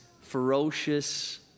ferocious